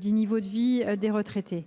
du niveau de vie des retraités.